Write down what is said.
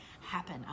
happen